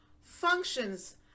functions